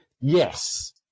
yes